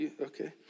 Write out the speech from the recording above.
okay